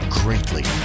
greatly